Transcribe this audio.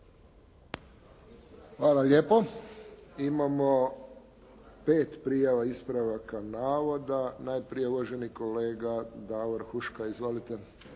Hvala lijepo. Imamo pet prijavaka ispravaka navoda. Najprije uvaženi kolega Davor Huška. Izvolite.